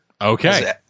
Okay